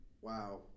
wow